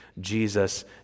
Jesus